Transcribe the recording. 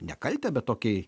ne kaltę bet tokį